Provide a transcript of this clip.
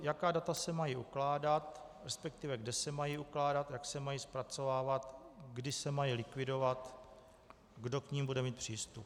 Jaká data se mají ukládat, resp. kde se mají ukládat, jak se mají zpracovávat, kdy se mají likvidovat, kdo k nim bude mít přístup.